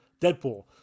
Deadpool